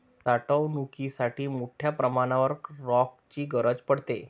साठवणुकीसाठी मोठ्या प्रमाणावर रॅकची गरज पडते